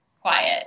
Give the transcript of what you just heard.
quiet